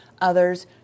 others